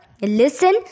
Listen